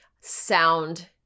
sound